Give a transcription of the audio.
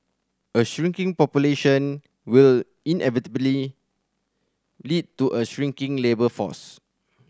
a shrinking population will inevitably lead to a shrinking labour force